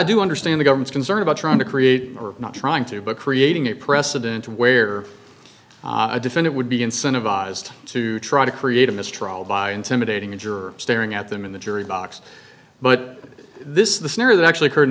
do understand the government's concern about trying to create or not trying to but creating a precedent where a defendant would be incentivized to try to create a mistrial by intimidating a juror staring at them in the jury box but this is the scenario that actually occurred in